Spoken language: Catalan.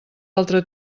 altre